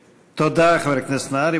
תודה, חבר הכנסת נהרי.